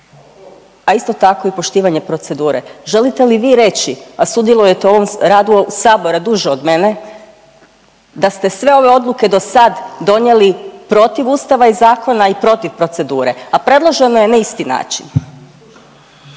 a isto tako i poštivanje procedure. Želite li vi reći, a sudjeluje u ovom radu sabora duže od mene da ste sve ove odluke dosad donijeli protiv Ustava i zakona i protiv procedure, a predloženo je na isti način.